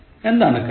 എന്താണു കാരണം